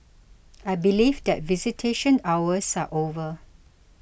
I believe that visitation hours are over